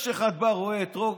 יש אחד, בא, רואה אתרוג,